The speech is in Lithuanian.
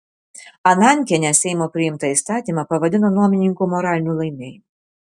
anankienė seimo priimtą įstatymą pavadino nuomininkų moraliniu laimėjimu